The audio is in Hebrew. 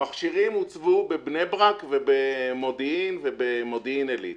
המכשירים הוצבו בבני ברק ובמודיעין עלית,